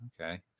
Okay